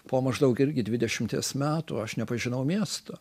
po maždaug irgi dvidešimties metų aš nepažinau miesto